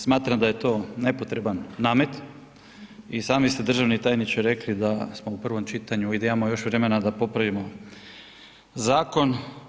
Smatram da je to nepotreban namet i sami ste državni tajniče rekli da smo u prvom čitanju i da imamo još vremena da popravimo zakon.